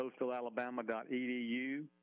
coastalalabama.edu